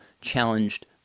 challenged